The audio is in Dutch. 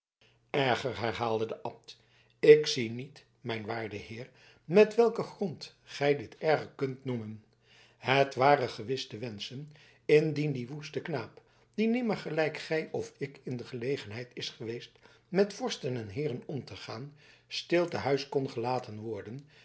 erger herhaalde de abt ik zie niet mijn waarde heer met welken grond gij dit erger kunt noemen het ware gewis te wenschen indien die woeste knaap die nimmer gelijk gij of ik in de gelegenheid is geweest met vorsten en heeren om te gaan stil te huis kon gelaten worden